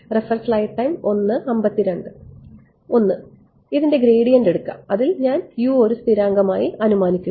ഒന്ന് ഇതിൻറെ ഗ്രേഡിയന്റ് എടുക്കാം അതിൽ ഞാൻ ഒരു സ്ഥിരാംഗം ആയി അനുമാനിക്കുന്നു